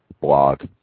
blog